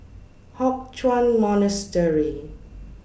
Hock Chuan Monastery